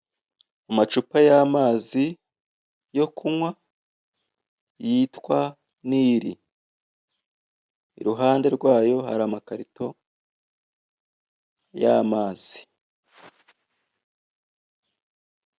Amacupa y'amazi yo kunywa yitwa nile. Iruhande rwayo hari amakarito y'amazi.